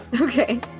Okay